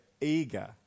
eager